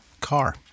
car